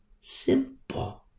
simple